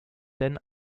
denn